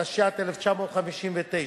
התשי"ט 1959,